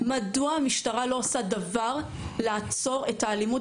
המשטרה לא עושה דבר כדי לעצור את האלימות,